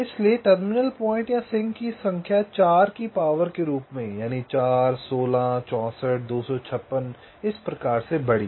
इसलिए terminal point या sink की संख्या 4 की पावर के रूप में 4 16 64 256 प्रकार से बढ़ी